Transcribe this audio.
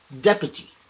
deputy